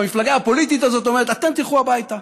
והמפלגה הפוליטית הזאת אומרת: אתם תלכו הביתה.